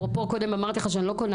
אפרופו קודם כשאמרתי לך שאני לא קונה